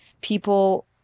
people